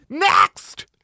Next